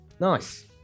Nice